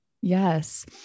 Yes